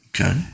Okay